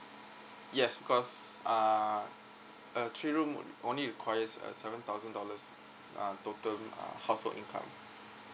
yes cause uh a three room only requires a seven thousand dollars uh total uh household income